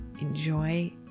Enjoy